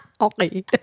Okay